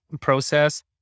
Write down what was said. process